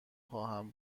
خواهم